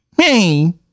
hey